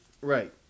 Right